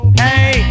hey